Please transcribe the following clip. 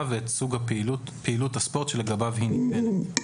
ואת סוג פעילות הספורט שלגביו היא ניתנת.